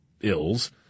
ills